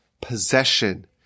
possession